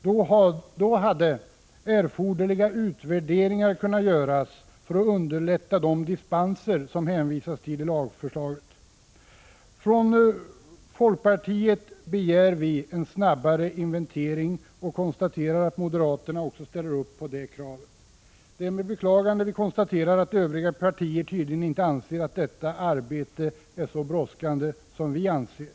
Då hade erforderliga utvärderingar kunnat göras för att underlätta de dispenser som det hänvisas till i lagförslaget. Från folkpartiets sida begär vi en snabbare inventering och konstaterar att moderaterna också ställer upp på det kravet. Det är med beklagande vi noterar att övriga partier tydligen inte anser att detta arbete är så brådskande som vi menar.